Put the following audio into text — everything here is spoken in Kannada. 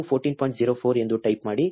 04 ಎಂದು ಟೈಪ್ ಮಾಡಿ